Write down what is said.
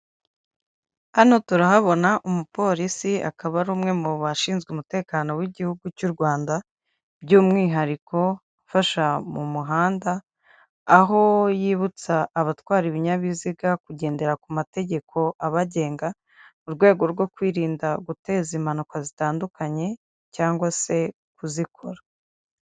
Hano turahabona umupolisi, akaba ari umwe mu bashinzwe umutekano w'igihugu cy'u Rwanda by'umwihariko ufasha mu muhanda, aho yibutsa abatwara ibinyabiziga kugendera ku mategeko abagenga mu rwego rwo kwirinda guteza impanuka zitandukanye cyangwa se kuzikora.